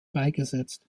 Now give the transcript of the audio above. beigesetzt